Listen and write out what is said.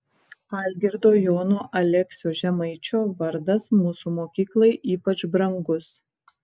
algirdo jono aleksio žemaičio vardas mūsų mokyklai ypač brangus